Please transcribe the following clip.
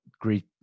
great